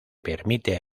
permite